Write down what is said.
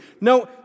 No